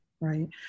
Right